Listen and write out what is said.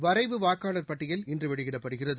வரைவு வாக்காளர் பட்டியல் இன்றுவெளியிடப்படுகிறது